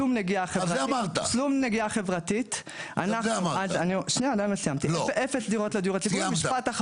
שום נגיעה חברתית, אפס דירות לדיור הציבורי.